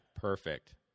perfect